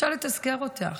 אני רוצה לתזכר אותך,